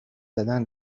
زدن